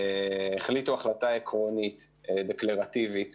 החליטו החלטה עקרונית דקלרטיבית